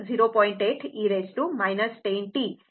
8 e 10t ampere आहे